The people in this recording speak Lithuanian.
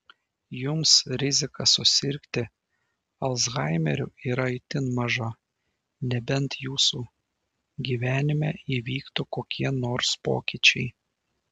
jums rizika susirgti alzhaimeriu yra itin maža nebent jūsų gyvenime įvyktų kokie nors pokyčiai